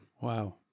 Wow